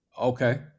Okay